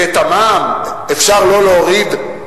ואת המע"מ אפשר לא להוריד?